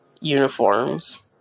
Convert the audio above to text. uniforms